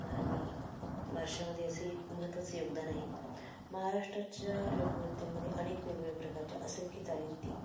आणि वारशामध्ये असे एक महत्त्वाचं योगदान आहे महाराष्ट्राच्या लोकनृत्यामध्ये अनेक वेगवेगळ्या प्रकारच्या असंख्य चालीरीती